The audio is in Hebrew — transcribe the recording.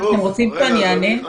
אתם רוצים שאני אענה?